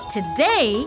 Today